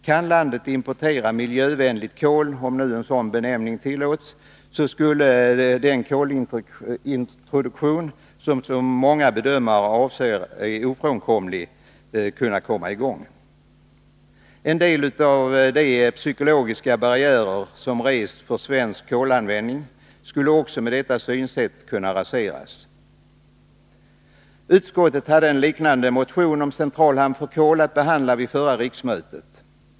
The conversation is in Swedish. Kan landet importera miljövänligt kol, om nu en sådan benämning tillåts, så skulle den kolintroduktion som många bedömare anser ofrånkomlig kunna komma i gång. En del av de psykologiska barriärer som rests för svensk kolanvändning skulle också med detta synsätt kunna raseras. Utskottet hade en liknande motion om centralhamn för kol att behandla vid förra riksmötet.